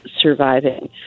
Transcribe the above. surviving